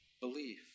belief